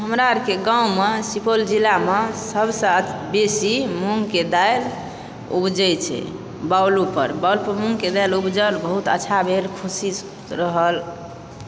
हमरा आरके गाँवमे सुपौल जिलामे सबसँ बेसी मूँगके दालि उपजै छै बाउल पर बाउल पर मूँगके दालि उपजल बहुत अच्छा भेल खुशी रहल